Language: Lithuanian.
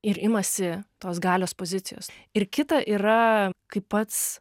ir imasi tos galios pozicijos ir kita yra kai pats